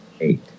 Eight